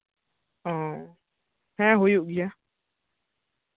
ᱚ ᱦᱮᱸ ᱦᱩᱭᱩᱜ ᱜᱮᱭᱟ